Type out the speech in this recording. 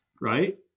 right